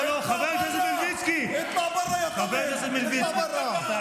חבר הכנסת חנוך מלביצקי, אתה בקריאה שנייה.